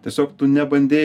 tiesiog tu nebandei